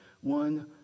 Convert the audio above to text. one